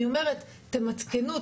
אני אומרת - תמתקנו,